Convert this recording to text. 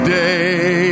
day